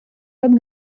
pat